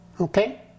Okay